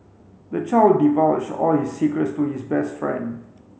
the child divulged all his secrets to his best friend